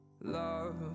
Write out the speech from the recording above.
love